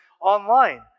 online